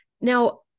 Now